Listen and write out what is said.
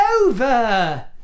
over